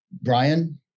Brian